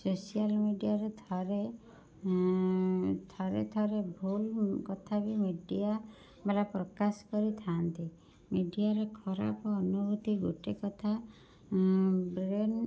social ମିଡ଼ିଆରେ ଥରେ ଥରେ ଥରେ ଭୁଲ କଥା ବି ମିଡ଼ିଆବାଲା ପ୍ରକାଶ କରିଥାନ୍ତି ମିଡ଼ିଆରେ ଖରାପ ଅନୁଭୂତି ଗୋଟେ କଥା ବ୍ରେନ୍